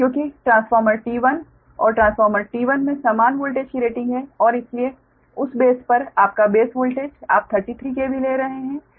क्योंकि transformer T1 और transformer T1 में समान वोल्टेज की रेटिंग है और इसीलिए उस बेस पर आपका बेस वोल्टेज आप 33 KV ले रहे हैं